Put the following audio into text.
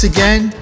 again